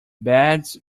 beds